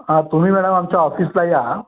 हा तुम्ही मॅडम आमच्या ऑफिसला या